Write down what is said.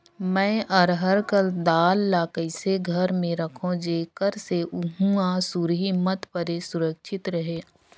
मैं अरहर कर दाल ला कइसे घर मे रखों जेकर से हुंआ सुरही मत परे सुरक्षित रहे?